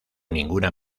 ninguna